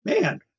man